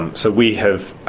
and so we have,